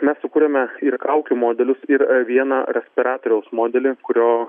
mes sukuriame ir kaukių modelius ir vieno respiratoriaus modelį kurio